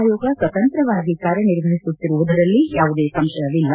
ಆಯೋಗ ಸ್ವತಂತ್ರವಾಗಿ ಕಾರ್ಯನಿರ್ವಹಿಸುತ್ತಿರುವುದರಲ್ಲಿ ಯಾವುದೇ ಚುನಾವಣಾ ಸಂಶಯವಿಲ್ಲ